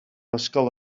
ysgol